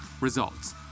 results